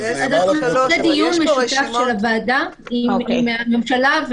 אז נעשה דיון משותף של הוועדה עם הממשלה,